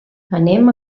anem